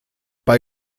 bei